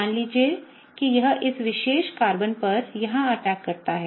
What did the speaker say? मान लीजिए कि यह इस विशेष कार्बन पर यहाँ अटैक करता है